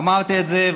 אמרת את זה,